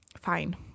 Fine